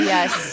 Yes